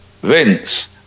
vince